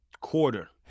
quarter